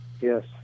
Yes